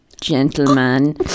gentleman